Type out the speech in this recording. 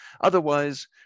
Otherwise